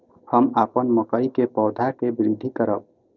हम अपन मकई के पौधा के वृद्धि करब?